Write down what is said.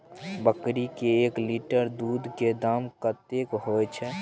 बकरी के एक लीटर दूध के दाम कतेक होय छै?